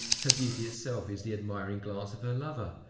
her beauty itself is the admiring glance of her lover.